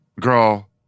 Girl